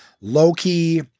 loki